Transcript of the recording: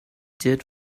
did